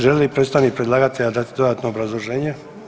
Želi li predstavnik predlagatelja dati dodatno obrazloženje?